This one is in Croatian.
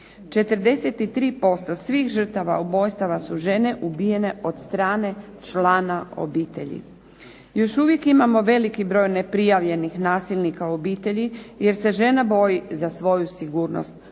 43% svih žrtava ubojstava su žene ubijene od strane člana obitelji. Još uvijek imamo veliki broj neprijavljenih nasilnika u obitelji jer se žena boji za svoju sigurnost, pogotovo